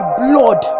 blood